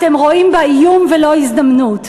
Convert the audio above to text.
אתם רואים בה איום ולא הזדמנות.